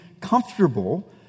comfortable